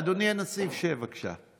אדוני הנציב, שב, בבקשה.